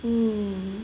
mm